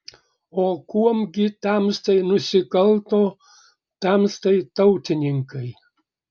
o kuom gi tamstai nusikalto tamstai tautininkai